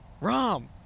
Rom